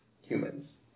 humans